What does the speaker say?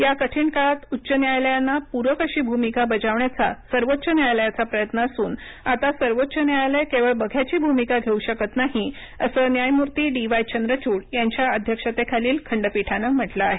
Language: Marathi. या कठीण काळात उच्च न्यायालयांना पूरक अशी भूमिका बजावण्याचा सर्वोच्च न्यायालयाचा प्रयत्न असून आता सर्वोच्च न्यायालय केवळ बघ्याची भूमिका घेऊ शकत नाही असं न्यायमूर्ती डी वाय चंद्रचूड यांच्या अध्यक्षतेखालील खंडपीठानं म्हटलं आहे